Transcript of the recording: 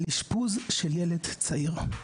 על אשפוז של ילד צעיר,